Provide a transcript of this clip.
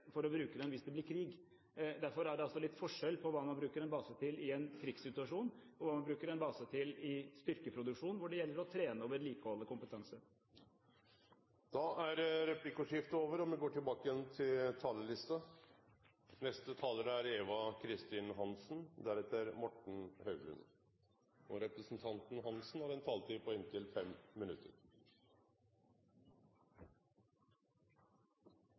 for å bruke dem hvis det blir krig. Derfor er det altså litt forskjell på hva man bruker en base til i en krigssituasjon, og hva man bruker en base til i styrkeproduksjon, hvor det gjelder å trene og vedlikeholde kompetanse. Replikkordskiftet er dermed omme. Det er en viktig debatt vi har i dag, for det å vedta en langtidsplan for Forsvaret er ingen liten sak. Forslaget til langtidsplanen, som regjeringen har